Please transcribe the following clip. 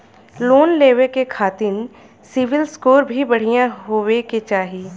Loan लेवे के खातिन सिविल स्कोर भी बढ़िया होवें के चाही?